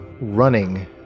running